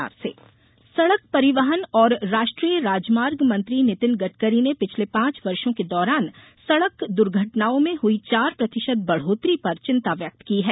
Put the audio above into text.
सड़क परिवहन सड़क परिवहन और राष्ट्रीय राजमार्ग मंत्री नितिन गडकरी ने पिछले पांच वर्षों के दौरान सड़क दुर्घटनाओं में हुई चार प्रतिशत बढ़ोतरी पर चिन्ता व्यक्त की है